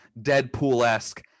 deadpool-esque